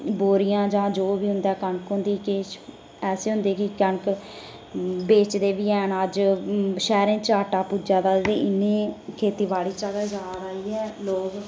बोरियां जां जो बी हुंदा कनक हुंदी किश ऐसे हुंदे कि कनक बेचदे बी हैन अज्ज शैहरें च आटा पुज्जा दा ते इनें खेतीबाड़ी चा गै जा दा इयै लोग